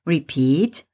Repeat